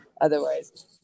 otherwise